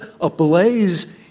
ablaze